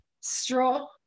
Straw